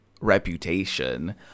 reputation